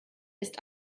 ist